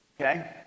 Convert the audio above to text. okay